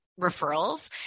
referrals